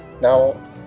Now